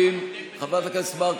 חברת הכנסת מארק,